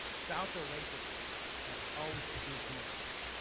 southfield-lathrup has always produced winners.